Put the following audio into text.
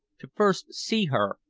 to first see her,